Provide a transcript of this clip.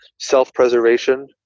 self-preservation